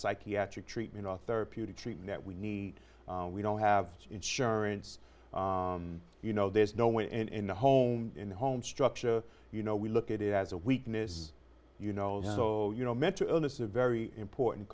psychiatric treatment or therapeutic treatment that we need we don't have insurance you know there's no way in the home in the home structure you know we look at it as a weakness you know so you know mental illness a very important